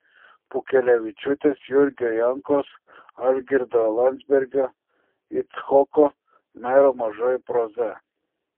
pukelevičiūtės jurgio jankaus algirdo landsbergio icchoko mero mažoji proza